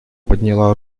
подняла